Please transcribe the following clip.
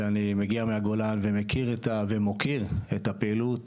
אני מגיע מהגולן ואני מכיר ומוקיר את הפעילות